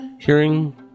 Hearing